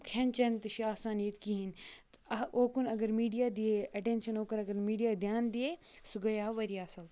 کھیٚن چیٚن تہِ چھِ آسان ییٚتہِ کِہیٖنۍ تہٕ اوکُن اگر میٖڈیا دی ایٚٹَٮ۪نشَن اوکُن اگر میٖڈیا دھیان دی ہے سُہ گٔیاو واریاہ اَصٕل